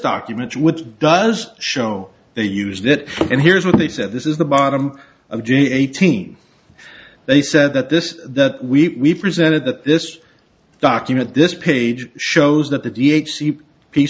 document which does show they used it and here's what they said this is the bottom of g eighteen they said that this that we presented that this document this page shows that the d h